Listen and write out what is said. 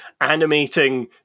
animating